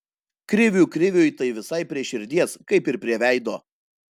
krivių kriviui tai visai prie širdies kaip ir prie veido